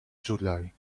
july